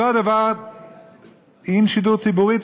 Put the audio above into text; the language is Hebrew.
אותו הדבר עם שידור ציבורי,